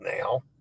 now